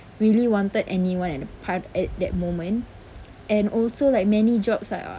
really wanted anyone at the part at that moment and also like many jobs are